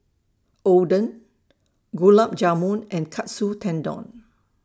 Oden Gulab Jamun and Katsu Tendon